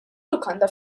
lukanda